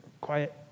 quiet